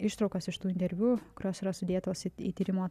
ištraukas iš tų interviu kurios yra sudėtos į tyrimo